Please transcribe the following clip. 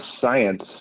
science